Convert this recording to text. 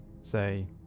say